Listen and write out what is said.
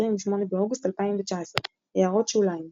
28 באוגוסט 2019 == הערות שוליים ==